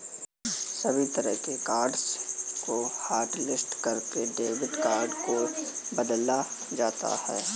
सभी तरह के कार्ड्स को हाटलिस्ट करके डेबिट कार्ड को बदला जाता है